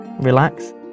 relax